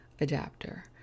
adapter